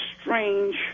strange